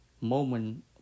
moment